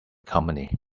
company